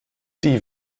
die